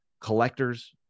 collector's